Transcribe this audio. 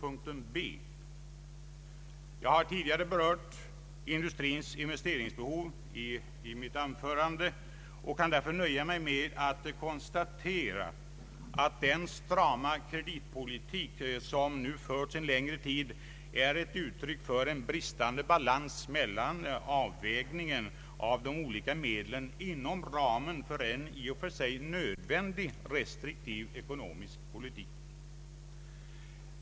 Jag har tidigare i mitt anförande berört industrins investeringsbehov, och jag kan därför här nöja mig med att konstatera att den strama kreditpolitik som nu förts en längre tid är ett uttryck för en bristande balans vid avvägningen av de olika medlen inom ramen för en i och för sig nödvändig restriktiv ekonomisk politik.